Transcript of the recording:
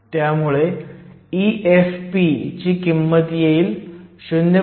त्यामुळे EFp ची किंमत येईल 0